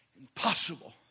impossible